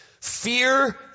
fear